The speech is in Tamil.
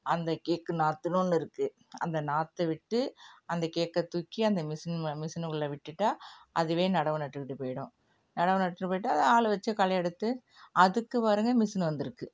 அந்த கேக்கு நாற்றுன்னு ஒன்று இருக்குது அந்த நாற்றை விட்டு அந்த கேக்கை தூக்கி அந்த மிஷின் மே மிஷினு உள்ளே விட்டுவிட்டா அதுவே நடவு நட்டுக்கிட்டு போய்விடும் நடவு நட்டுவிட்டு போய்விட்டா அதை ஆள் வச்சு களையெடுத்து அதுக்கு பாருங்க மிஷின் வந்திருக்கு